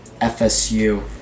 FSU